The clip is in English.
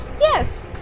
Yes